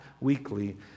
weekly